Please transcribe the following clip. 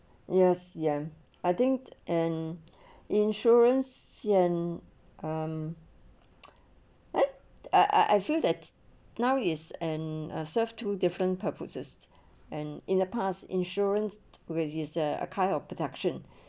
yes ya I think an insurance sian um eh I I I feel that now is and a serve two different purposes and in the past insurance which is a kind of protection